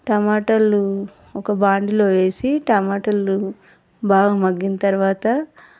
టమాటాలు ఒక బాండీలో వేసి టమాటాలు బాగా మగ్గిన తరువాత